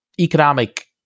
economic